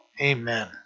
Amen